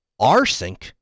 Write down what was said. Rsync